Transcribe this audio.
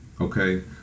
okay